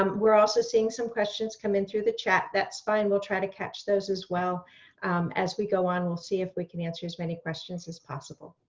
um we're also seeing some questions come in through the chat. that's fine. we'll try to catch those as well as we go on. we'll see if we can answer as many questions as possible.